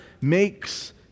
makes